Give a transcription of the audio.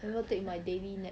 haven't take my daily nap